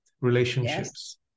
relationships